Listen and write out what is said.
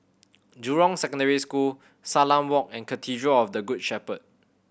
Jurong Secondary School Salam Walk and Cathedral of the Good Shepherd